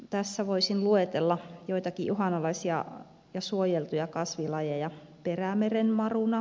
tässä voisin luetella joitakin uhanalaisia ja suojeltuja kasvilajeja